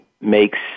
makes